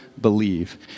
believe